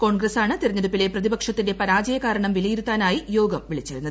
കോൺഗ്രസാണ് തെരഞ്ഞെടുപ്പിലെ പ്രതിപക്ഷത്തിന്റെ പരാജയകാരണം വിലയിരുത്താനായി യോഗം വിളിച്ചിരുന്നത്